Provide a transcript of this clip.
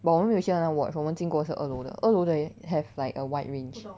but 我们没有去到那个 watch 我们经过是二楼的二楼的也 have like a wide range